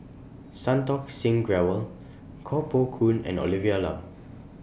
Santokh Singh Grewal Koh Poh Koon and Olivia Lum